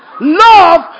Love